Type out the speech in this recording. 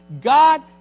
God